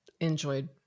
enjoyed